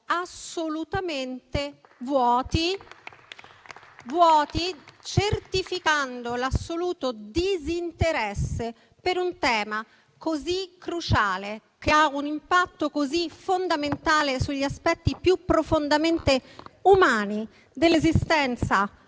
assolutamente vuoti, certificando l'assoluto disinteresse per un tema così cruciale, che ha un impatto così fondamentale sugli aspetti più profondamente umani dell'esistenza